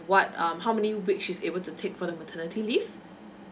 what um how many week she's able to take for the maternity leave